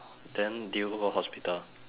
then did you go for hospital